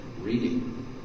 reading